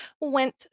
went